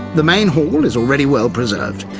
the main hall is already well preserved.